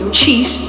cheese